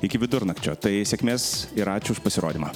iki vidurnakčio tai sėkmės ir ačiū už pasirodymą